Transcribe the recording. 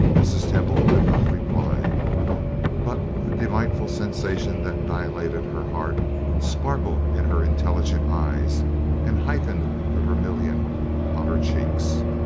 mrs. temple could not reply but the delightful sensation that dilated her heart sparkled in her intelligent eyes and heightened the vermillion on her cheeks.